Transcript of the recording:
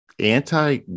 anti